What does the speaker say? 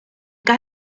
got